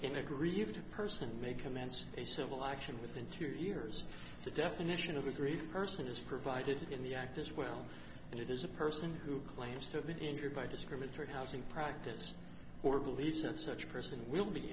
in aggrieved a person may commence a civil action within two years the definition of the brief person is provided in the act as well and it is a person who claims to have been injured by discriminatory housing practice or believes that such a person will be